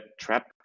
trap